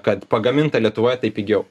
kad pagaminta lietuvoje tai pigiau